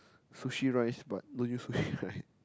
sushi rice but don't use sushi right